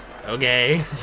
Okay